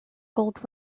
gold